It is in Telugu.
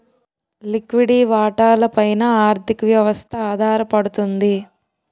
లిక్విడి వాటాల పైన ఆర్థిక వ్యవస్థ ఆధారపడుతుంది